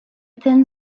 thin